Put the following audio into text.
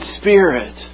spirit